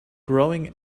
growing